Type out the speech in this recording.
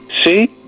See